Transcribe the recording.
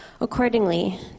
Accordingly